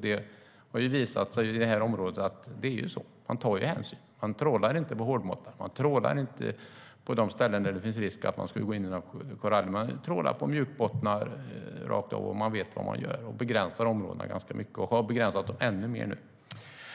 Det har visat sig i det här området att man tar hänsyn. Man trålar inte på hårdbottnar och på de ställen där det finns risk att man skulle gå in i koraller, utan man trålar på mjukbottnar rakt av. Man vet vad man gör och begränsar områdena ganska mycket. Nu har man begränsat dem ännu mer.